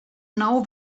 know